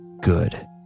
Good